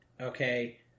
okay